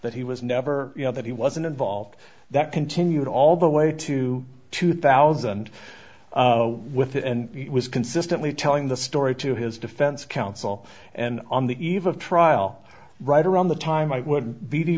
that he was never you know that he wasn't involved that continued all the way to two thousand with it and it was consistently telling the story to his defense counsel and on the eve of trial right around the time i would be he